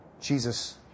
Jesus